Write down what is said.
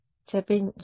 విద్యార్థి డాట్